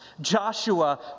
Joshua